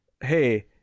hey